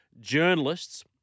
journalists